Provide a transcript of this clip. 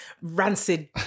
rancid